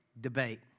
debate